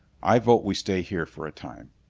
i vote we stay here for a time.